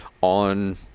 on